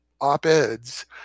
op-eds